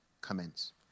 commence